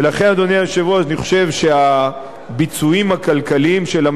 אני חושב שהביצועים הכלכליים של הממשלה הזאת,